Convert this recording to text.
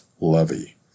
levy